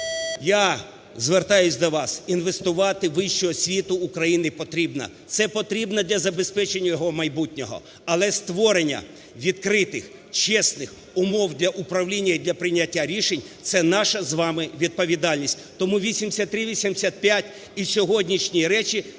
я звертаюсь до вас, інвестувати у вищу освіту України потрібно. Це потрібно для забезпечення її майбутнього. Але створення відкритих, чесних умов для управління і для прийняття рішень – це наша з вами відповідальність. Тому 8385 і сьогоднішні речі